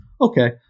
Okay